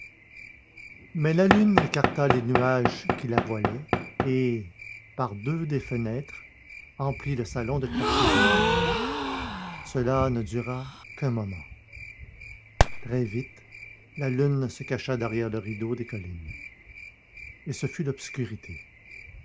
mais la lune écarta les nuages qui la voilaient et par deux des fenêtres emplit le salon de clarté blanche cela ne dura qu'un moment très vite la lune se cacha derrière le rideau des collines et ce fut l'obscurité